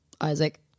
Isaac